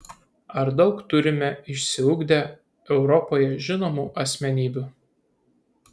ar daug turime išsiugdę europoje žinomų asmenybių